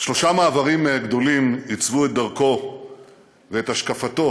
שלושה מעברים גדולים עיצבו את דרכו ואת השקפתו